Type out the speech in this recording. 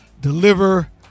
deliver